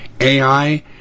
AI